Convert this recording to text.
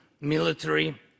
military